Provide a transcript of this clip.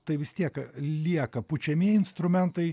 tai vis tiek lieka pučiamieji instrumentai